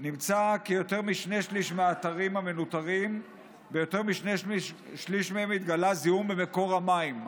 נמצא כי ביותר משני שלישים מהאתרים המנוטרים התגלה זיהום במקור המים,